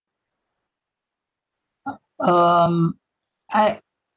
um I